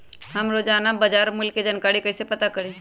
हम रोजाना बाजार मूल्य के जानकारी कईसे पता करी?